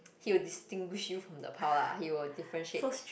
he will distinguish you from the pile lah he will differentiate